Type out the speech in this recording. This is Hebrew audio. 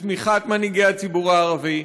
בתמיכת מנהיגי הציבור הערבי,